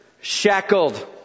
Shackled